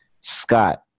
scott